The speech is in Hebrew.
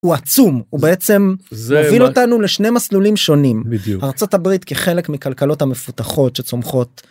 הוא עצום הוא בעצם זה הוביל אותנו לשני מסלולים שונים בדיוק ארצות הברית כחלק מכלכלות המפותחות שצומחות.